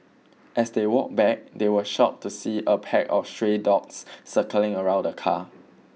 as they walked back they were shocked to see a pack of stray dogs circling around the car